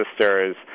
sisters